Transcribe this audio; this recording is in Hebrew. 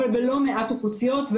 אבל על חלק גדול מהאוכלוסיות בטח.